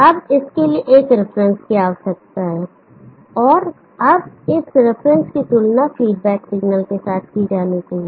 अब इसके लिए एक रिफरेन्स की आवश्यकता है और अब इस रिफरेन्स की तुलना फीडबैक सिग्नल के साथ की जानी चाहिए